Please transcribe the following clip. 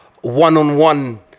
one-on-one